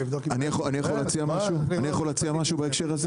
אפשר להציע משהו?